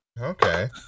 Okay